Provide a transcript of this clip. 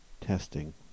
testing